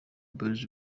boys